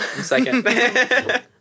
Second